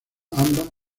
ambas